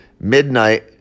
midnight